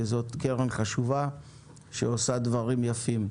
שזאת קרן חשובה שעושה דברים יפים.